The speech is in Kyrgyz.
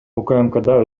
укмкда